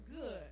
good